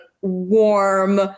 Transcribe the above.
warm